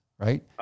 right